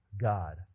God